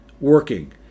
working